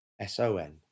S-O-N